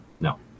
No